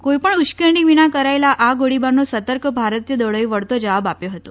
કોઈપણ ઉશ્કેરણી વિના કરાયેલા આ ગોળીબારનો સતર્ક ભારતીય દળોએ વળતો જવાબ આપ્યો હતો